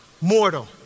mortal